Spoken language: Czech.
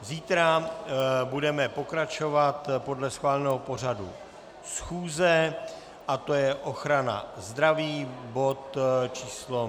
Zítra budeme pokračovat podle schváleného pořadu schůze, a to je ochrana zdraví, bod číslo 149.